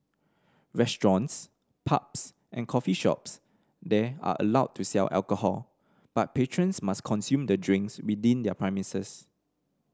restaurants pubs and coffee shops there are allowed to sell alcohol but patrons must consume the drinks within their premises